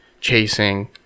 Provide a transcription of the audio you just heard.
chasing